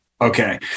Okay